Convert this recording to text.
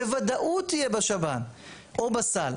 בוודאות יהיה בשב"ן או בסל,